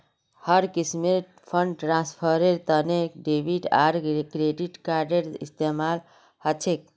हर किस्मेर फंड ट्रांस्फरेर तने डेबिट आर क्रेडिट कार्डेर इस्तेमाल ह छे